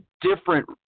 different